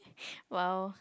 !wow!